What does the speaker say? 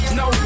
no